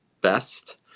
best